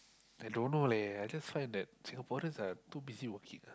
I don't know leh I just find that Singaporeans are too busy working